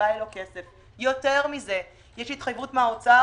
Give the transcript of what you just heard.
יותר מזה יש פה התחייבות מהאוצר